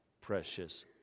precious